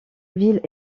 ville